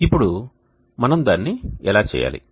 ఇప్పుడు మనం దానిని ఎలా చేయాలి